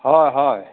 হয় হয়